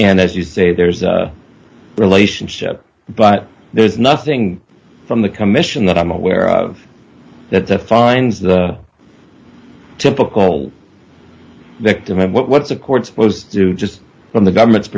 and as you say there's a relationship but there's nothing from the commission that i'm aware of that defines the typical victim and what's a court supposed to do just from the government's